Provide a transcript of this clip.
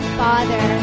father